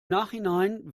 nachhinein